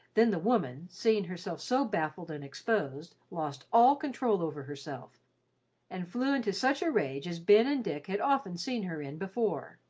then the woman, seeing herself so baffled and exposed, lost all control over herself and flew into such a rage as ben and dick had often seen her in before.